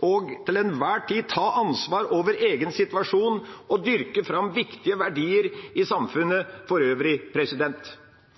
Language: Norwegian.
å ta ansvar for egen situasjon til enhver tid og dyrke fram viktige verdier i samfunnet